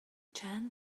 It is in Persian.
چند